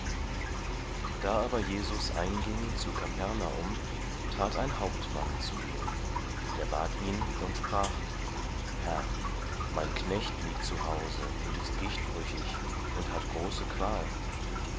da aber jesus einging zu kapernaum trat ein hauptmann zu ihm der bat ihn und sprach herr mein knecht liegt zu hause und ist gichtbrüchig und hat große qual